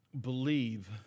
believe